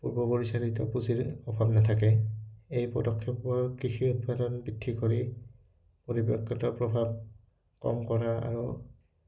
পূৰ্ব পৰিচালিত পুঁজিৰ অভাৱ নাথাকে এই পদক্ষেপৰ কৃষি উৎপাদন বৃদ্ধি কৰি পৰিৱেশগত প্ৰভাৱ কম কৰা আৰু